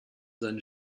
seine